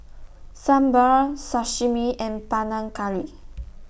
Sambar Sashimi and Panang Curry